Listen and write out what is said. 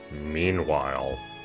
Meanwhile